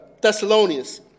Thessalonians